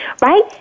right